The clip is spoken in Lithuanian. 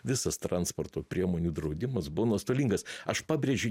visas transporto priemonių draudimas buvo nuostolingas aš pabrėžiu